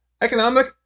economic